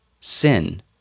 Sin